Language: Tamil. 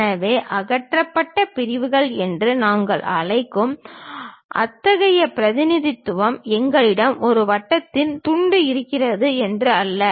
எனவே அகற்றப்பட்ட பிரிவுகள் என்று நாங்கள் அழைக்கும் அத்தகைய பிரதிநிதித்துவம் எங்களிடம் ஒரு வட்டத்தின் துண்டு இருக்கிறது என்று அல்ல